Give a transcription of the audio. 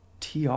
Tr